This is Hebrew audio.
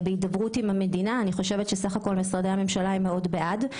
בסך הכול משרדי הממשלה מאוד בעד.